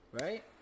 Right